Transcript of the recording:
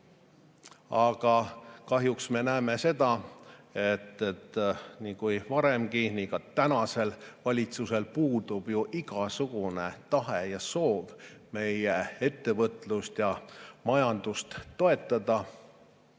Aga kahjuks me näeme, et nii nagu varemgi, nii puudub ka tänasel valitsusel igasugune tahe ja soov meie ettevõtlust ja majandust toetada.